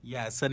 Yes